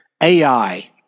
AI